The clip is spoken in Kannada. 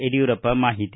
ಯಡಿಯೂರಪ್ಪ ಮಾಹಿತಿ